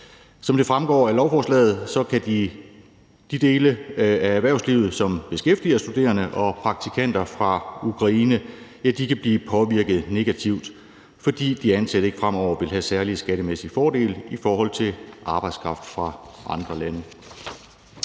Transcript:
Som det fremgår af lovforslaget, kan de dele af erhvervslivet, som beskæftiger studerende og praktikanter fra Ukraine, blive påvirket negativt, fordi de ansatte ikke fremover vil have særlige skattemæssig fordele i forhold til arbejdskraft fra andre lande.